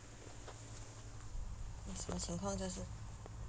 喂什么情况这是